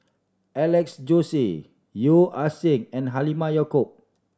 Alex Josey Yeo Ah Seng and Halimah Yacob